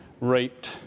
raped